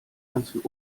ganzen